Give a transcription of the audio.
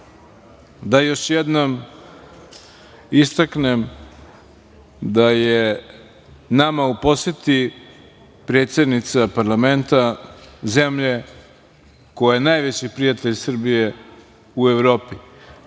da još jednom istaknem da je nama u poseti predsednica parlamenta zemlje koja je najveći prijatelj Srbije u Evropi.